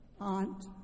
aunt